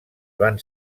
van